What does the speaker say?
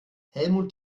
helmut